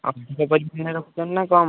ଅଧିକ ପରିଣାମରେ ରଖୁଛନ୍ତି ନା କମ୍